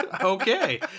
Okay